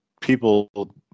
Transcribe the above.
people